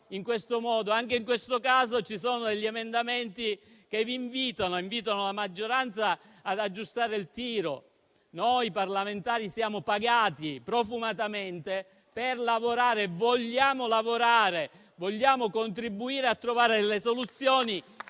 Anche in questo caso ci sono degli emendamenti che invitano la maggioranza ad aggiustare il tiro. Noi parlamentari siamo pagati profumatamente per lavorare e vogliamo lavorare, contribuendo a trovare soluzioni